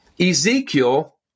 Ezekiel